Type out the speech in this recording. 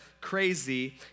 crazy